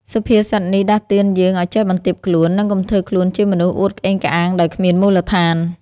សុភាសិតនេះដាស់តឿនយើងឱ្យចេះបន្ទាបខ្លួន និងកុំធ្វើខ្លួនជាមនុស្សអួតក្អេងក្អាងដោយគ្មានមូលដ្ឋាន។